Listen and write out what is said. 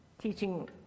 teaching